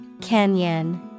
Canyon